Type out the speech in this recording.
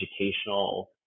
educational